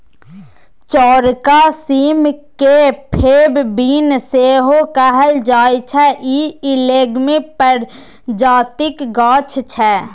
चौरका सीम केँ फेब बीन सेहो कहल जाइ छै इ लेग्युम प्रजातिक गाछ छै